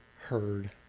heard